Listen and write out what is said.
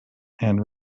and